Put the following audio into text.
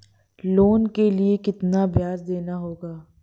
Loan के लिए कितना ब्याज देना होगा?